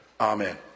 Amen